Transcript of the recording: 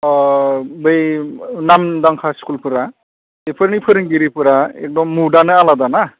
अ बै नामदांखा स्खुलफोरा बेफोरनि फोरोंगिरिफोरा एग्दम मुदआनो आलादाना